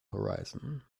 horizon